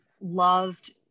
loved